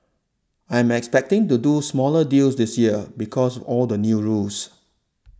I'm expecting to do smaller deals this year because all the new rules